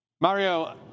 Mario